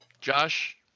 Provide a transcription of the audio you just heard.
Josh